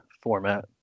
format